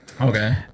Okay